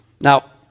Now